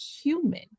human